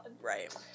right